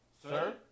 Sir